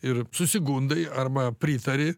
ir susigundai arba pritari